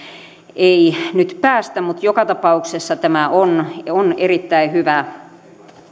ei nyt päästä mutta joka tapauksessa tämä on on erittäin hyvä